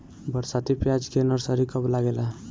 बरसाती प्याज के नर्सरी कब लागेला?